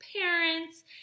parents